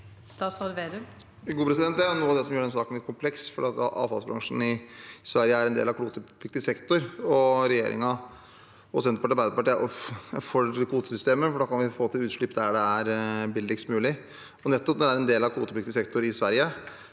Det er noe av det som gjør denne saken litt kompleks. Avfallsbransjen i Sverige er en del av kvotepliktig sektor, og regjeringen – Senterpartiet og Arbeiderpartiet – er for kvotesystemet, for da kan vi få utslipp der det er billigst mulig. Nettopp fordi dette er en del av kvotepliktig sektor i Sverige,